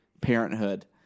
Parenthood